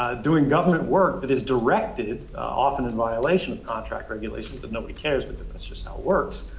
doing government work that is directed often in violation of contract regulations that nobody cares, because that's just how it works,